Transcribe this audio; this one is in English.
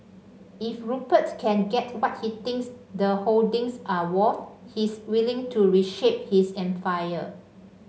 if Rupert can get what he thinks the holdings are worth he's willing to reshape his empire